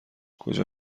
کجا